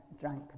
drank